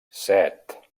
set